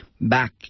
back